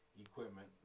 equipment